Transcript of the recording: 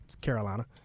Carolina